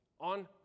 on